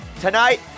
Tonight